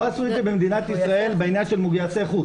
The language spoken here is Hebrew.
לא עשו את זה במדינת ישראל בעניין של מגויסי חוץ.